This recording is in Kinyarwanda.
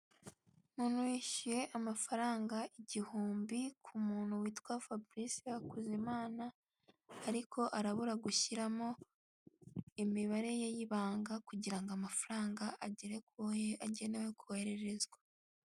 Umuntu yishyuye amafaranga igihumbi k'umuntu witwa Fabrice Hakuzimana ariko arabura gushyiramo imibare ye y'ibanga kugira ngo amafaranga agere kuwo agenewe kohererezwa.